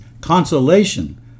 consolation